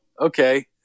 okay